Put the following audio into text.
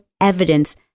evidence